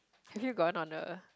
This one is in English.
have you gotten on a